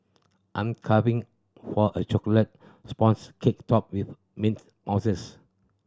I'm craving for a chocolate sponge cake topped with mint mousses